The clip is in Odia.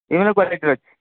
ବିଭିନ୍ନ କ୍ଵାଲିଟିର ଅଛି